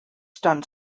stand